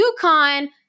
UConn